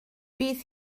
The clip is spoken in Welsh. bydd